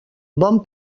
bon